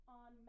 on